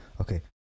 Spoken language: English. okay